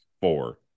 four